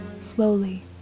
Slowly